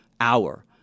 hour